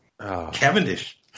Cavendish